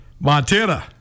Montana